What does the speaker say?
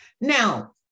Now